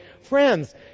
friends